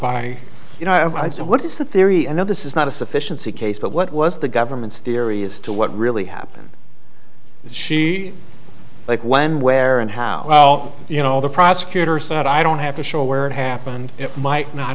by you know what is the theory and now this is not a sufficiency case but what was the government's theory as to what really happened she like when where and how well you know the prosecutor said i don't have to show where it happened it might not